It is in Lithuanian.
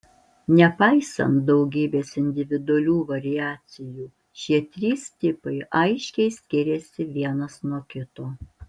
nepaisant daugybės individualių variacijų šie trys tipai aiškiai skiriasi vienas nuo kito